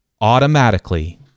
automatically